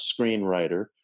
screenwriter